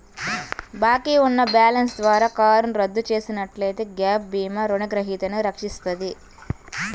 బాకీ ఉన్న బ్యాలెన్స్ ద్వారా కారును రద్దు చేసినట్లయితే గ్యాప్ భీమా రుణగ్రహీతను రక్షిస్తది